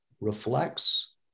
reflects